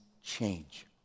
change